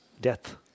death